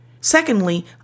Secondly